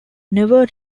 never